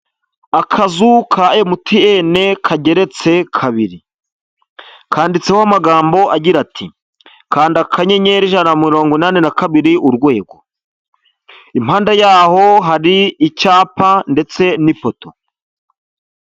Akazu ka MTN kageretse kabiri. Kanditseho amagambo agira ati,'' kanda kanyenyeri, ijana na mirongo inani nakabiri urwego''. Impande yaho hari icyapa ndetse n'ipoto.